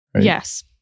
Yes